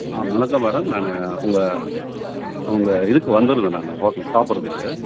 ஆ வணக்கம் மேடம் நான் உங்கள் உங்கள் இதுக்கு வந்திருந்தேன் நான் ஹோட்டலில் சாப்பிட்றதுக்கு